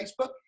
Facebook